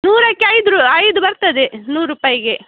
ನೂರಕ್ಕೆ ಐದು ಐದು ಬರ್ತದೆ ನೂರು ರೂಪಾಯಿಗೆ